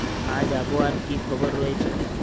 আজ আবহাওয়ার কি খবর রয়েছে?